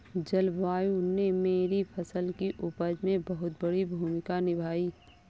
जलवायु ने मेरी फसल की उपज में बहुत बड़ी भूमिका निभाई